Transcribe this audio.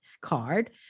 card